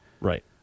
Right